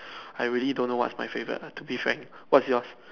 I really don't know what's my favorite ah to be frank what's yours